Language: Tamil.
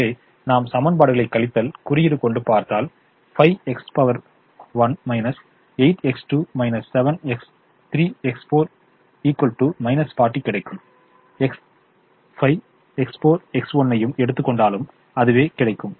எனவே நாம் சமன்பாடுகளை கழித்தல் குறியீடு கொண்டு பார்த்தல் 5X1 8 X2 7 X3 X5 40 கிடைக்கும் X5 X4 X1 ஐயும் எடுத்துக் கொண்டாலும் அதுவே கிடைக்கும்